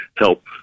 help